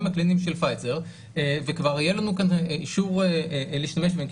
הקליניים של פייזר וכבר יהיה לנו כאן אישור להשתמש בהם,